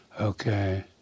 okay